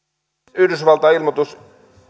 yhdysvaltain ilmoitus